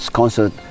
concert